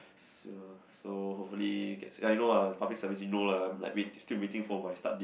so so hopefully you know lah public service you know lah I still waiting for my start date